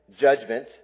judgment